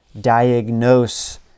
diagnose